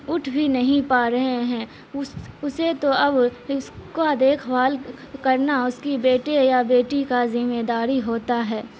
اٹھ بھی نہیں پا رہے ہیں اس اسے تو اب اس کا دیکھ بھال کرنا اس کی بیٹے یا بیٹی کا ذمہ داری ہوتا ہے